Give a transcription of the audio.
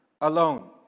alone